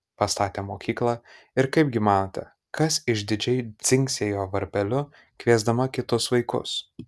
pastatė mokyklą ir kaipgi manote kas išdidžiai dzingsėjo varpeliu kviesdama kitus vaikus